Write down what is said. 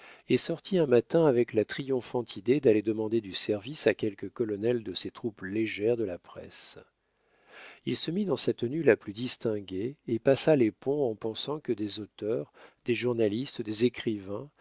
et sortit un matin avec la triomphante idée d'aller demander du service à quelque colonel de ces troupes légères de la presse il se mit dans sa tenue la plus distinguée et passa les ponts en pensant que des auteurs des journalistes des écrivains